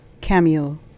cameo